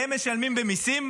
שהם משלמים במיסים,